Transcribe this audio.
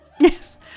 Yes